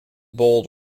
bold